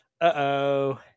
Uh-oh